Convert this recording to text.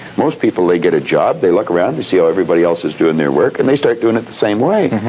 most people, they get a job, they look around, you see how everybody else is doing their work, and they start doing it the same way.